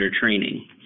training